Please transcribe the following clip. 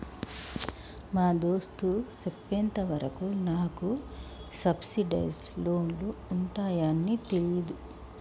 మా దోస్త్ సెప్పెంత వరకు నాకు సబ్సిడైజ్ లోన్లు ఉంటాయాన్ని తెలీదు